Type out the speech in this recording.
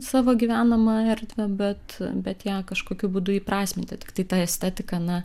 savo gyvenamą erdvę bet bet ją kažkokiu būdu įprasminti tiktai ta estetika na